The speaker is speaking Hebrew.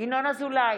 ינון אזולאי,